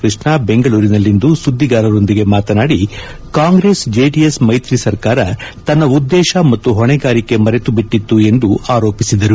ಕೃಷ್ಣ ಬೆಂಗಳೂರಿನಲ್ಲಿಂದು ಸುದ್ಗಿಗಾರರೊಂದಿಗೆ ಮಾತನಾದಿ ಕಾಂಗೈಸ್ ಜೆಡಿಎಸ್ ಮೈತ್ರಿ ಸರ್ಕಾರ ತನ್ನ ಉದ್ದೇಶ ಮತ್ತು ಹೊಣೆಗಾರಿಕೆ ಮರೆತು ಬಿಟ್ಟಿತ್ತು ಎಂದು ಆರೋಪಿಸಿದರು